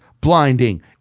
Blinding